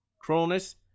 Cronus